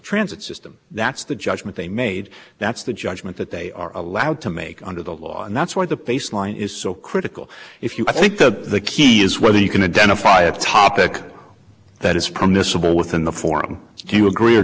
transit system that's the judgment they made that's the judgment that they are allowed to make under the law and that's why the baseline is so critical if you i think the key is whether you can identify a topic that is permissible within the form do you agree or